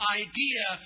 idea